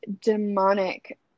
demonic